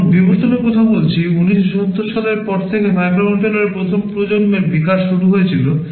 এখন বিবর্তনের কথা বলছি 1970 সালের পর থেকে মাইক্রোকন্ট্রোলারের প্রথম প্রজন্মের বিকাশ শুরু হয়েছিল